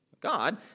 God